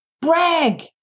brag